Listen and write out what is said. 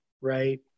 right